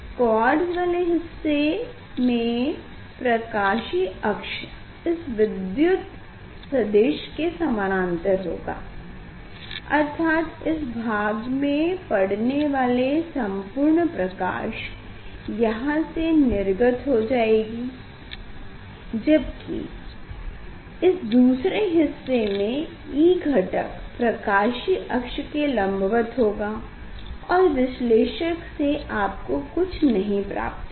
quartz वाले हिस्से में प्रकाशीय अक्ष इस विद्युत सदिश के समानांतर होगा अर्थात इस भाग में पड़ने वाले संपूर्ण प्रकाश यहाँ से निर्गत हो जाएगी जबकि इस दूसरे हिस्से में E घटक प्रकाशीय अक्ष के लम्बवत होगा और विश्लेषक से आपको कुछ नहीं प्राप्त होगा